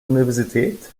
universität